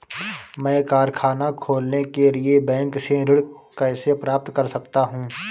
मैं कारखाना खोलने के लिए बैंक से ऋण कैसे प्राप्त कर सकता हूँ?